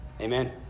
Amen